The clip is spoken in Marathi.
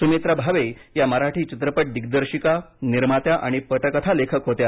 सुमित्रा भावे या मराठी चित्रपट दिग्दर्शिका निर्मात्या आणि पटकथालेखक होत्या